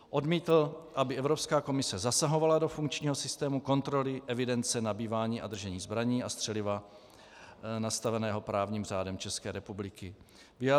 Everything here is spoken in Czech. Odmítl, aby Evropská komise zasahovala do funkčního systému kontroly, evidence, nabývání a držení zbraní a střeliva nastaveného právním řádem ČR.